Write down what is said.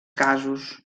casos